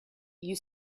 you